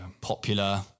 popular